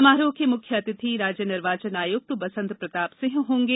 समारोह के मुख्य अतिथि राज्य निर्वाचन आयुक्त बसंत प्रताप सिंह होंगे